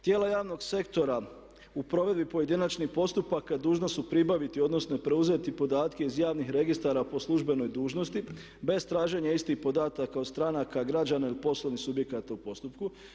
Tijela javnog sektora u provedbi pojedinačnih postupaka dužna su pribaviti odnosno preuzeti podatke iz javnih registara po službenoj dužnosti bez traženja istih podataka od stranaka, građana ili poslovnih subjekata u postupku.